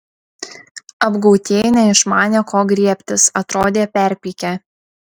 apgautieji neišmanė ko griebtis atrodė perpykę